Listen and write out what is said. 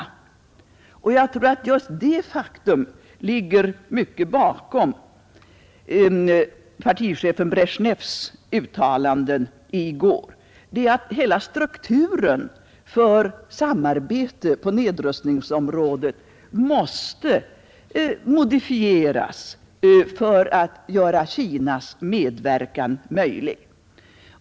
Jag tror att just detta faktum till stor del också ligger bakom partichefen Brezjnevs uttalanden i går; hela strukturen för samarbete på nedrustningsområdet måste modifieras för att göra Kinas medverkan möjlig.